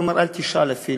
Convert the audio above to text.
הוא אמר: אל תשאל אפילו.